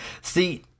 See